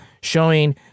showing